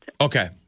okay